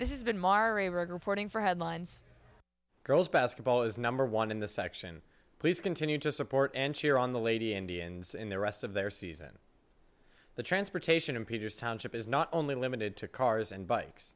is been more porting for headlines girls basketball is number one in the section please continue to support and cheer on the lady indians and the rest of their season the transportation in peter's township is not only limited to cars and bikes